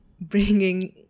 bringing